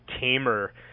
tamer